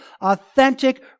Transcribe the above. authentic